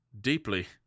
deeply